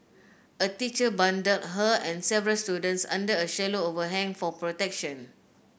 a teacher bundled her and several students under a shallow overhang for protection